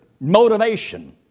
motivation